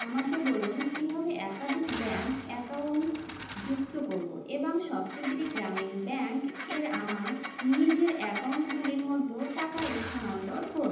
আমাকে বলুন কীভাবে একাধিক ব্যাঙ্ক অ্যাকাউন্ট যুক্ত করবো এবাং সপ্তগিরি গ্রামীণ ব্যাঙ্ক এর আমার নিজের অ্যাকাউন্টগুলির মধ্যেও টাকা এস্থানান্তর করবো